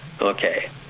Okay